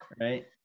Right